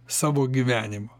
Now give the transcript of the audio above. savo gyvenimą